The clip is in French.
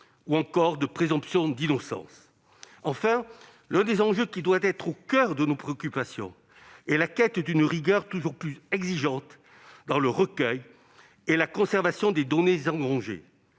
ou encore de présomption d'innocence. Enfin, l'un des enjeux qui doit être au coeur de nos préoccupations est la quête d'une rigueur toujours plus exigeante dans le recueil et la conservation des données engrangées.